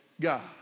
God